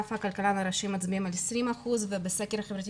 אגף הכלכלן הראשי מצביע על 20 אחוזים ובסקר החברתי